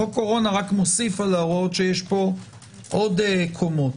חוק הקורונה רק מוסיף על ההוראות שיש פה עוד קומות.